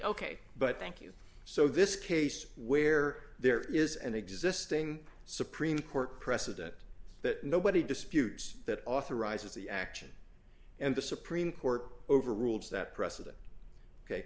ok but thank you so this case where there is an existing supreme court precedent that nobody disputes that authorizes the action and the supreme court over rules that precedent